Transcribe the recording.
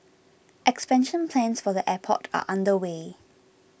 expansion plans for the airport are underway